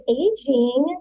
aging